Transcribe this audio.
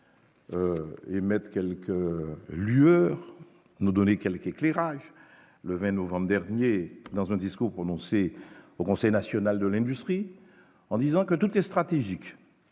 émettent quelques lueurs nous donner quelques éclairages le 20 novembre dernier dans un discours prononcé au Conseil national de l'industrie en disant que tout est stratégique